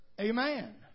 Amen